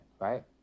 right